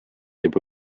juba